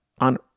on